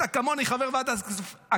אתה כמוני חבר ועדת הכספים,